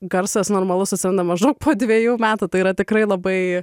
garsas normalus atsiranda maždaug po dvejų metų tai yra tikrai labai